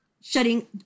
shutting